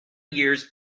years